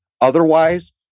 Otherwise